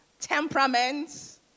temperaments